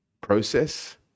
process